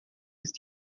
ist